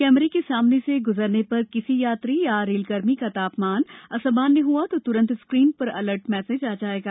कैमरे के सामने से गुजरने पर किसी यात्री अथवा रेलकर्मी का तापमान असामान्य हुआ तो तुरंत स्क्रीन पर अलर्ट मैसेज आ जाएगा